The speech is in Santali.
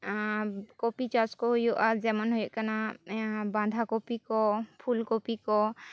ᱠᱚᱯᱤ ᱪᱟᱥ ᱠᱚ ᱦᱩᱭᱩᱜᱼᱟ ᱡᱮᱢᱚᱱ ᱦᱩᱭᱩᱜ ᱠᱟᱱᱟ ᱵᱟᱸᱫᱷᱟ ᱠᱚᱯᱤ ᱠᱚ ᱯᱷᱩᱞ ᱠᱚᱯᱤ ᱠᱚ